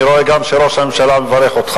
אני אגביל לך את שכר הדירה,